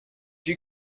you